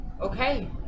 Okay